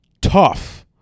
tough